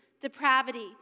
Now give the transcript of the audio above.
depravity